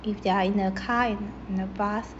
if they're in a car in a bus